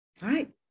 right